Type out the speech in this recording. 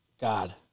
God